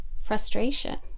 frustration